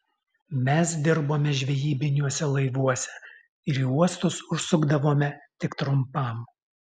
mes dirbome žvejybiniuose laivuose ir į uostus užsukdavome tik trumpam